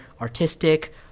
artistic